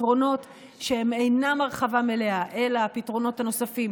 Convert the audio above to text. פתרונות שאינם הרחבה מלאה אלא הפתרונות הנוספים,